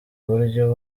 buryo